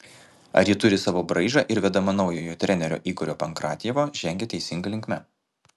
ar ji turi savo braižą ir vedama naujojo trenerio igorio pankratjevo žengia teisinga linkme